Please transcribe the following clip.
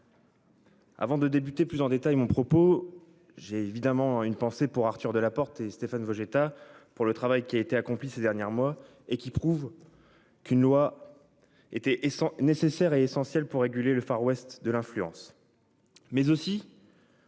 Avant de débuter plus en détail mon propos. J'ai évidemment une pensée pour Arthur Delaporte et Stéphane Vojetta pour le travail qui a été accompli ces dernières mois et qui prouve. Qu'une loi. Étaient et sont nécessaires et essentielles pour réguler le Far-West, de l'influence.